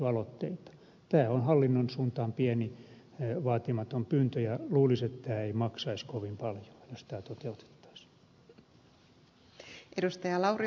tämä on hallinnon suuntaan pieni vaatimaton pyyntö ja luulisi että tämä ei maksaisi kovin paljon jos tämä toteutettaisiin